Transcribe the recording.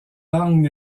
langue